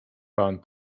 pan